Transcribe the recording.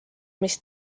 mis